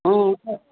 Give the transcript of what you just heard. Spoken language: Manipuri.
ꯑ ꯍꯣꯏ